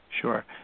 Sure